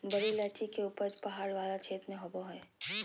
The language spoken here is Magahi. बड़ी इलायची के उपज पहाड़ वाला क्षेत्र में होबा हइ